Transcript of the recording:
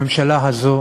הממשלה הזאת